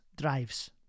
drives